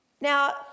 Now